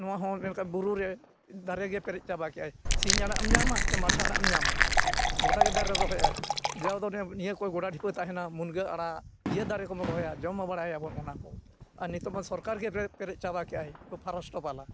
ᱱᱚᱣᱟ ᱦᱚᱸ ᱚᱱᱮ ᱚᱱᱠ ᱵᱩᱨᱩ ᱨᱮ ᱫᱟᱨᱮ ᱜᱮ ᱮᱨᱮᱡ ᱪᱟᱵᱟ ᱠᱮᱜᱼᱟᱭ ᱥᱤᱧ ᱟᱲᱟᱜ ᱮᱢ ᱧᱟᱢᱟ ᱥᱮ ᱢᱟᱴᱷᱟ ᱟᱲᱟᱜ ᱮᱢ ᱧᱟᱢᱟ ᱜᱚᱴᱟ ᱜᱮ ᱫᱟᱨᱮ ᱨᱚᱦᱚᱭᱮᱜᱼᱟᱭ ᱡᱟᱣ ᱫᱚ ᱱᱤᱭᱟᱹ ᱠᱚ ᱜᱚᱰᱟ ᱰᱷᱤᱯᱟᱹ ᱛᱟᱦᱮᱱᱟ ᱢᱩᱱᱜᱟᱹ ᱟᱲᱟᱜ ᱤᱭᱟᱹ ᱫᱟᱨᱮ ᱠᱚᱢ ᱨᱚᱦᱚᱭᱟ ᱡᱚᱢ ᱵᱟᱲᱟᱭᱟᱵᱚᱱ ᱚᱱᱟ ᱠᱚ ᱟᱨ ᱱᱤᱛᱚᱜ ᱢᱟ ᱥᱚᱨᱠᱟᱨ ᱜᱮ ᱯᱮᱨᱮᱡ ᱪᱟᱵᱟ ᱠᱮᱜᱼᱟᱭ ᱩᱱᱠᱩ ᱯᱷᱚᱨᱮᱥᱴᱚᱨ ᱵᱟᱞᱟ